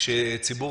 כשציבור,